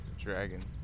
Dragon